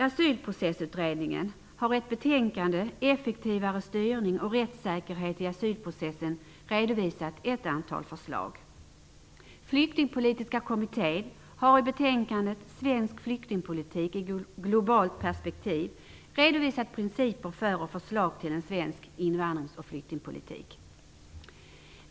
Asylprocessutredningen har i ett betänkande Effektivare styrning och rättssäkerhet i asylprocessen redovisat ett antal förslag.